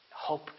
Hope